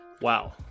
Wow